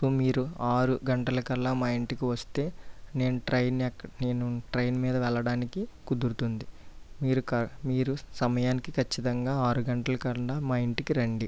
so మీరు ఆరు గంటలకు మా ఇంటికి వస్తే నేను ట్రైన్ ఎక్క నేను ట్రైన్ మీద వెళ్ళడానికి కుదురుతుంది మీరు క మీరు సమయానికి ఖచ్చితంగా ఆరు గంటలకు మా ఇంటికి రండి